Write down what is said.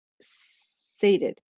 sated